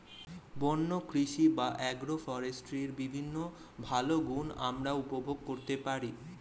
বন্য কৃষি বা অ্যাগ্রো ফরেস্ট্রির বিভিন্ন ভালো গুণ আমরা উপভোগ করতে পারি